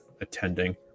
attending